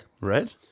Right